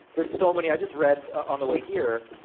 there's so many. i just read on the way here,